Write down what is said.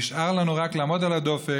נשאר לנו רק לעמוד על המשמר